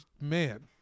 man